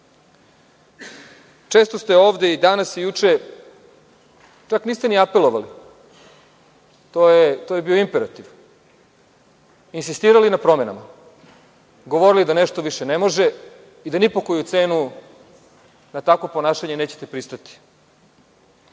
toga. Često ste ovde i danas i juče, čak niste ni apelovali, to je bio imperativ, insistirali na promenama, govorili da nešto više ne može i da ni po koju cenu na takvo ponašanje nećete pristati.